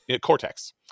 cortex